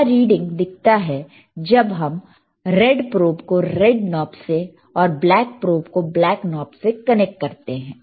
क्या रीडिंग दिखता है जब हम रेड प्रोब को रेड नॉब से और ब्लैक प्रोब को ब्लैक नॉब से कनेक्ट करते हैं